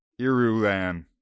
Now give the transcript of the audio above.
Irulan